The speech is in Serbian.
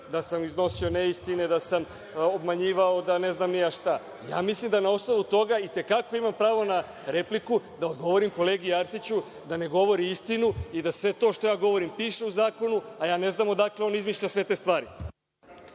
da sam iznosio neistine, da sam obmanjivao, da ne znam ni ja šta. Ja mislim da na osnovu toga itekako imam pravo na repliku da odgovorim kolegi Arsiću da ne govori istinu i da sve to što ja govorim piše u zakonu, a ja ne znam odakle on izmišlja sve te stvari.